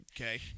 Okay